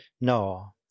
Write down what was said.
No